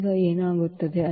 ಈಗ ಏನಾಗುತ್ತದೆ